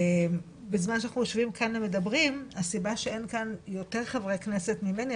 בזמן שאנחנו יושבים כאן ומדברים - הסיבה שאין כאן יותר חברי כנסת ממני,